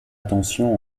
attention